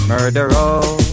Murderer